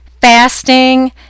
fasting